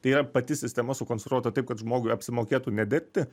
tai yra pati sistema sukonstruota taip kad žmogui apsimokėtų nedirbti